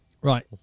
right